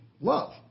love